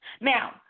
now